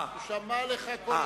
הוא שמע אותך כל הזמן.